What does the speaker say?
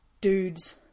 dudes